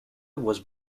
was